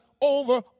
over